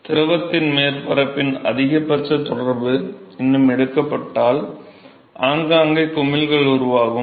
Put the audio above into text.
திரவத்தின் மேற்பரப்பின் அதிகபட்ச தொடர்பு இன்னும் எடுக்கப்பட்டால் ஆங்காங்கே குமிழ்கள் உருவாகும்